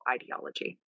ideology